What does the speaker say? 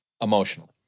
emotionally